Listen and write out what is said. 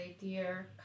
dear